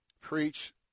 preach